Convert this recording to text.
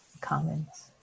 comments